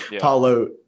Paulo